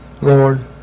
Lord